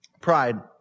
Pride